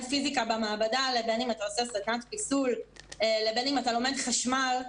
פיזיקה במעבדה לבין אם אתה עושה סדנת פיסול לבין אם אתה לומד חשמל,